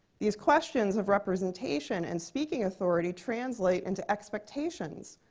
these questions of representation and speaking authority translate into expectations,